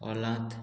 ऑलांत